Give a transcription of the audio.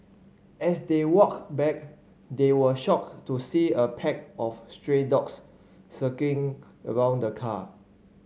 as they walked back they were shocked to see a pack of stray dogs circling around the car